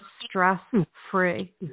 stress-free